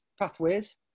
pathways